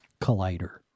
collider